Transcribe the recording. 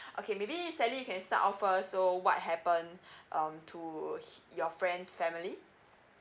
okay maybe sally you can start off first so what happen um to your friend's family